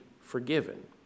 forgiven